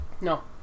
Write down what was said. No